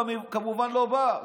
כמובן הוא לא בא,